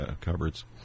cupboards